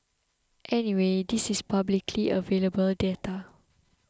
anyway this is publicly available data